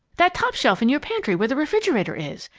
that top shelf in your pantry where the refrigerator is!